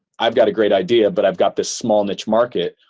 i've got a great idea. but i've got this small niche market.